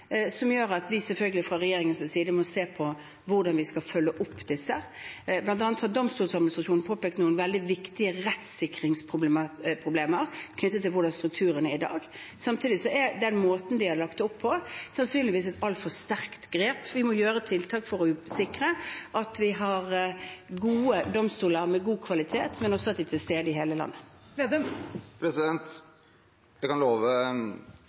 gjør selvfølgelig at vi fra regjeringens side må se på hvordan vi skal følge opp disse. Blant annet har Domstoladministrasjonen påpekt noen viktige rettssikringsproblemer knyttet til hvordan strukturen er i dag. Samtidig er den måten de er lagt opp på, sannsynligvis et altfor sterkt grep. Vi må gjøre tiltak for å sikre at vi har gode domstoler med god kvalitet, og som er til stede i hele landet. Jeg kan love